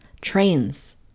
Trains